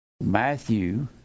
Matthew